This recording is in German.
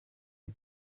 die